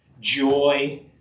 joy